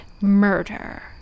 murder